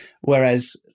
Whereas